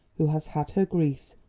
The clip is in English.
who has had her griefs,